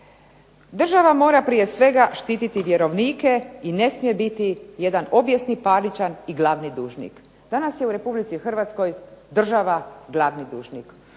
Država mora prije svega štititi vjerovnike i ne smije biti jedan obijesni …/Ne razumije se./… i glavni dužnik. Danas je u Republici Hrvatskoj država glavni dužnik.